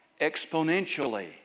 exponentially